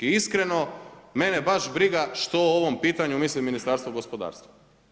I iskreno, mene baš briga što o ovom pitanju misli Ministarstvo gospodarstva.